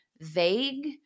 vague